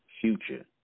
future